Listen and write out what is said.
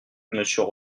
monsieur